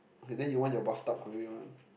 okay then you want your bathtub one